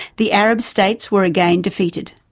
the arab states were again defeated.